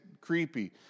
creepy